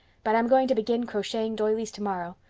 but i'm going to begin crocheting doilies tomorrow.